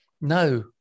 no